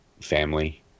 family